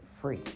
free